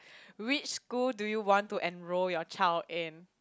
which school do you want to enroll your child in